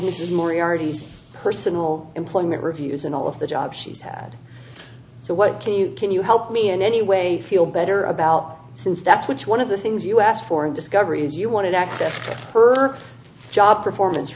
moriarty's personal employment reviews and all of the job she's had so what can you can you help me in any way feel better about it since that's which one of the things you asked for in discovery is you wanted access to her job performance